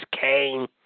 Kane